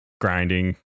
grinding